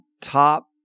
top